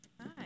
Hi